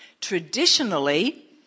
traditionally